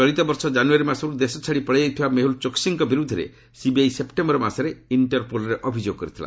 ଚଳିତବର୍ଷ ଜାନୁଆରୀ ମାସରୁ ଦେଶଛାଡି ପଳାଇଯାଇଥିବା ମେହୁଲ ଚୋକ୍ସିଙ୍କ ବିରୁଦ୍ଧରେ ସିବିଆଇ ସେପ୍ଟେମ୍ୟର ମାସରେ ଇଣ୍ଟରପୋଲ୍ରେ ଅଭିଯୋଗ କରିଥିଲା